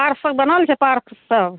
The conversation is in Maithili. पार्क सभ बनल छै पार्क सभ